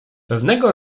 pewnego